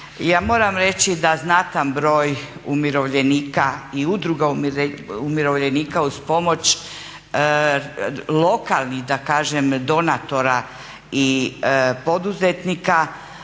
ja moram reći da znatan broj umirovljenika i udruga umirovljenika uz pomoć lokalnih da kažem donatora i poduzetnika